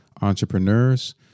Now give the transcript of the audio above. entrepreneurs